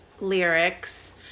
lyrics